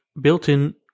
built-in